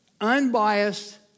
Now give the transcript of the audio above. unbiased